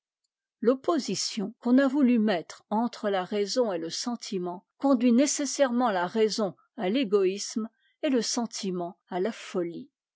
l'opposition qu'on a voulu mettre entre la raison et le sentiment conduit nécessairement la raison à l'égoïsme et le sentiment à la folie